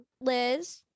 Liz